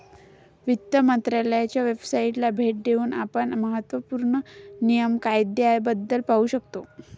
वित्त मंत्रालयाच्या वेबसाइटला भेट देऊन आपण महत्त्व पूर्ण नियम कायद्याबद्दल पाहू शकता